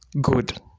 good